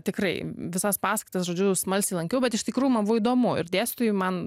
tikrai visas paskaitas žodžiu smalsiai lankiau bet iš tikrųjų man buvo įdomu ir dėstytojai man